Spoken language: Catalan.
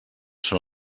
són